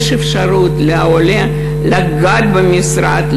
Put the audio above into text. יש אפשרות לעולה לגעת במשרד,